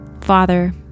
Father